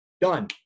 done